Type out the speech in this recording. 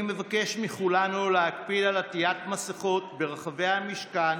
אני מבקש מכולנו להקפיד על עטיית מסכות ברחבי המשכן